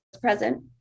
present